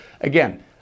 Again